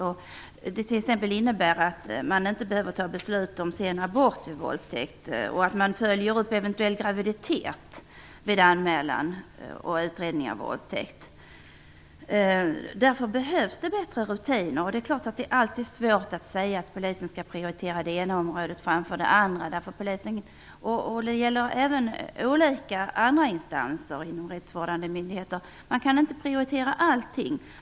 Man behöver inte fatta beslut om sen abort vid våldtäkt, och man följer upp eventuell graviditet vid anmälan och utredning av våldtäkt. Det behövs bättre rutiner. Det är alltid svårt att säga att polisen skall prioritera det ena området framför det andra. Det gäller även andra instanser inom de rättsvårdande myndigheterna. Man kan inte prioritera allting.